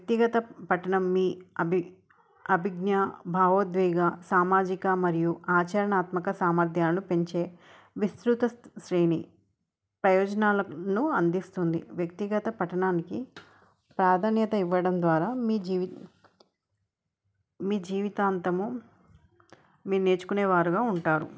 వ్యక్తిగత పట్టణం మీ అభి అభిజ్ఞా భావోద్వేగా సామాజిక మరియు ఆచరణాత్మక సామర్థ్యాలను పెంచే విస్తృత శ్రేణి ప్రయోజనాలను అందిస్తుంది వ్యక్తిగత పట్టణానికి ప్రాధాన్యత ఇవ్వడం ద్వారా మీ జీవి మీ జీవితాంతము మీరు నేర్చుకునే వారుగా ఉంటారు